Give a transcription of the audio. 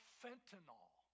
fentanyl